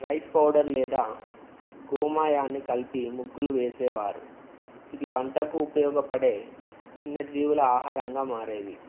rice powder లేదా గోమాయాన్ని కలిపి ముగ్గులు వేసేవారు ఇది వంటకు ఉపయోగపడే చిన్న జీవుల ఆహారంగా మారేది